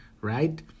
right